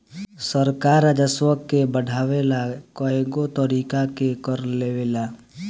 सरकार राजस्व के बढ़ावे ला कएगो तरीका के कर लेवेला